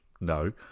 no